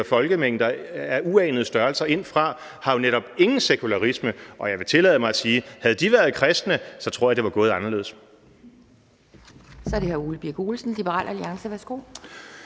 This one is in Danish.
folkemængder af uanede størrelser ind fra, har jo netop ingen sekularisme, og jeg vil tillade mig at sige, at havde de været kristne, tror jeg, det var gået anderledes.